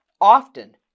often